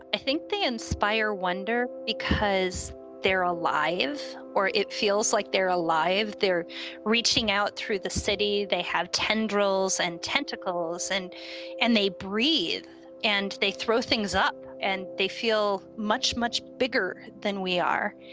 i think they inspire wonder because they're alive, or it feels like they're alive. they're reaching out through the city. they have tendrils and tentacles, and and they breathe and they throw things up, and they feel much, much bigger than we are.